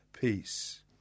peace